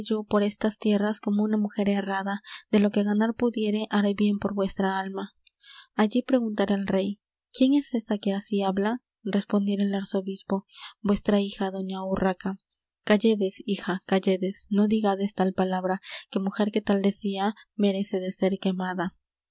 por estas tierras como una mujer errada de lo que ganar pudiere haré bien por vuestra alma allí preguntara el rey quién es esa que así habla respondiera el arzobispo vuestra hija doña urraca calledes hija calledes no digades tal palabra que mujer que tal decía meresce de ser quemada